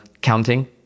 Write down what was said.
counting